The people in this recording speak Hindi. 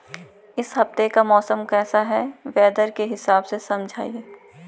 इस हफ्ते का मौसम कैसा है वेदर के हिसाब से समझाइए?